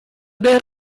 der